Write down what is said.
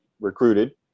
recruited